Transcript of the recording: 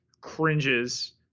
cringes